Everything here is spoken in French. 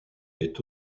est